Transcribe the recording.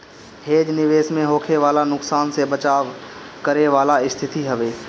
hedge निवेश में होखे वाला नुकसान से बचाव करे वाला स्थिति हवे